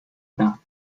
bains